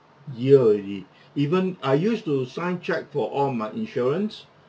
year already even I used to sign cheque for all my insurance